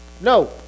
No